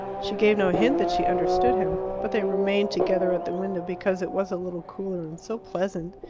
she gave no hint that she understood him. but they remained together at the window because it was a little cooler and so pleasant.